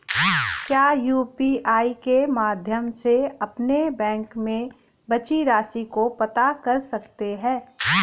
क्या यू.पी.आई के माध्यम से अपने बैंक में बची राशि को पता कर सकते हैं?